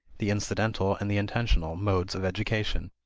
the incidental and the intentional, modes of education.